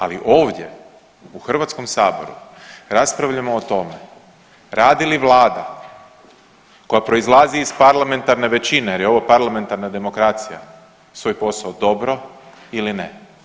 Ali ovdje u HS-u raspravljamo o tome radi li vlada koja proizlazi iz parlamentarne većine jer je ovo parlamentarna demokracija, svoj posao dobro ili ne.